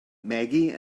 maggie